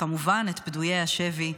וכמובן את פדויי השבי,